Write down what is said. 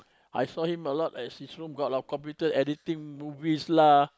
I saw him a lot at his room got a lot of computer editing movies lah